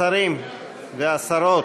השרים והשרות,